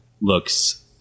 looks